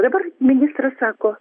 dabar ministras sako